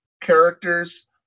characters